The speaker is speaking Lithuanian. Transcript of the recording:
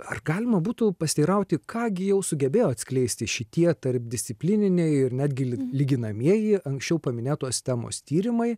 ar galima būtų pasiteirauti ką gi jau sugebėjo atskleisti šitie tarpdisciplininiai ir netgi ly lyginamieji anksčiau paminėtos temos tyrimai